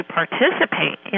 participate